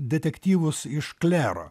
detektyvus iš klero